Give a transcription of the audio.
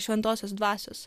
šventosios dvasios